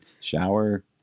shower